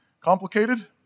complicated